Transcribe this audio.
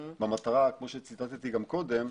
במטרה כמו שצוטט גם קודם,